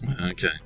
Okay